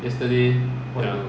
ya